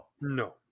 No